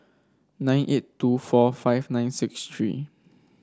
nine eight two four five nine six three